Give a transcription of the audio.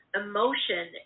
emotion